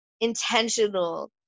intentional